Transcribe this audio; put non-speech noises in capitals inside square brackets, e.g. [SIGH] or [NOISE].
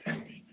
[UNINTELLIGIBLE]